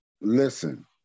listen